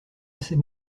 assez